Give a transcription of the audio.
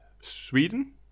Sweden